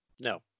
No